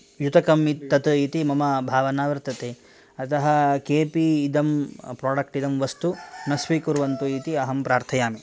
युतकम् इत् तत् इति मम भावना वर्तते अतः केपि इदं प्रोडक्ट् इदं वस्तु न स्वीकुर्वन्तु इति अहं प्रार्थयामि